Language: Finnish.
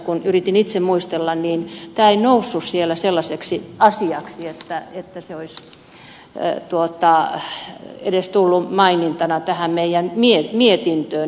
kun yritin itse muistella niin tämä ei noussut siellä sellaiseksi asiaksi että se olisi edes tullut mainintana tähän meidän mietintöömme